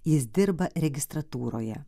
jis dirba registratūroje